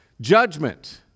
Judgment